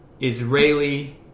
Israeli